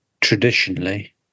traditionally